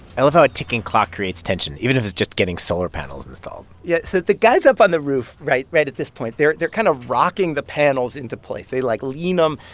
i love how a ticking clock creates tension, even if it's just getting solar panels installed yeah, so the guys up on the roof right right at this point, they're they're kind of rocking the panels into place. they, like, lean them,